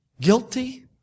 Guilty